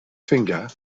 finger